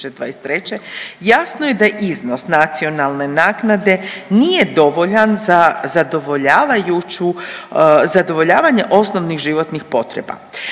jasno je da iznos nacionalne naknade nije dovoljan za zadovoljavajuću, zadovoljavanje osnovnih životnih potreba,